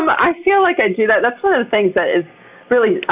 um i feel like i do that. that's one of the things that is really